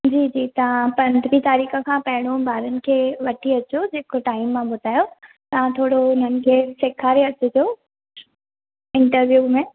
जी जी तां पंद्रहीं तारीख़ खां पहिरों ॿारनि खे वठी अचो जे को टाइम मां ॿुधायो तव्हां थोरो हुननि खे सेखारे अचिजो इंटरवियू में